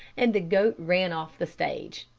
and the goat ran off the stage,